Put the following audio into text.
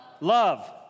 Love